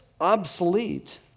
obsolete